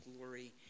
glory